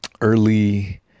early